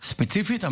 ספציפית?